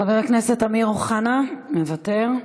חבר הכנסת אמיר אוחנה, מוותר.